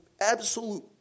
absolute